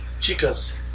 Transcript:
Chicas